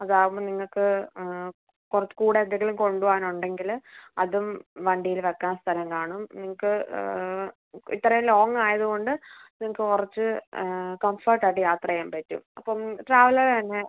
അതാവുമ്പം നിങ്ങൾക്ക് കുറച്ച് കൂടെ എന്തെങ്കിലും കൊണ്ട് പോവാനുണ്ടെങ്കിൽ അതും വണ്ടിയിൽ വയ്ക്കാൻ സ്ഥലം കാണും നിങ്ങൾക്ക് ഇത്രയും ലോങ്ങ് ആയത് കൊണ്ട് നിങ്ങൾക്ക് കുറച്ച് കംഫട്ട് ആയിട്ട് യാത്ര ചെയ്യാൻ പറ്റും അപ്പം ട്രാവലർ തന്നെ